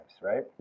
right